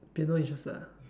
piano interested ah